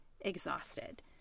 exhausted